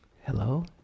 Hello